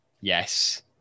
Yes